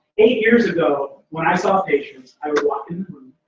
years ago, when i saw patients, i would walk in the room,